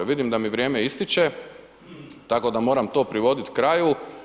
Vidim da mi vrijeme ističe, tako da moram to privoditi kraju.